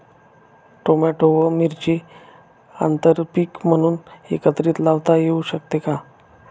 Tomato व मिरची आंतरपीक म्हणून एकत्रित लावता येऊ शकते का?